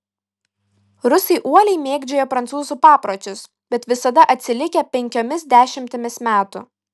rusai uoliai mėgdžioja prancūzų papročius bet visada atsilikę penkiomis dešimtimis metų